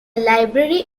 library